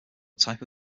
type